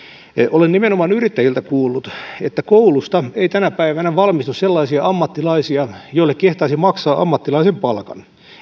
olen nimenomaan yrittäjiltä kuullut että koulusta ei tänä päivänä valmistu sellaisia ammattilaisia joille kehtaisi maksaa ammattilaisen palkan